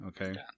Okay